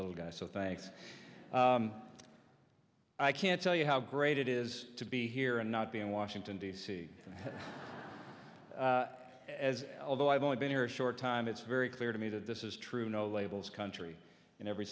little guy so thanks i can't tell you how great it is to be here and not be in washington d c as although i've only been here a short time it's very clear to me that this is true no labels country in every